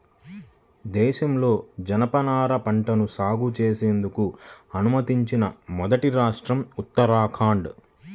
దేశంలో జనపనార పంటను సాగు చేసేందుకు అనుమతించిన మొదటి రాష్ట్రం ఉత్తరాఖండ్